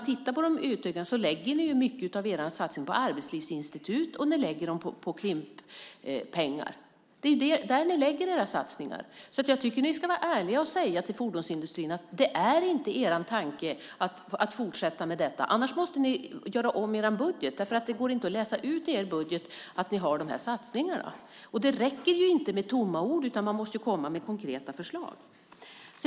Ni vill lägga mycket av era satsningar på Arbetslivsinstitutet och på Klimp. Jag tycker därför att ni ska vara ärliga och säga till fordonsindustrin att det inte är er tanke att fortsätta med detta, annars måste ni göra om er budget. Det går nämligen att läsa i er budget att ni har dessa satsningar. Det räcker inte med tomma ord, utan man måste komma med konkreta förslag.